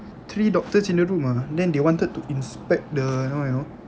three doctors in the room ah then they wanted to inspect the you know you know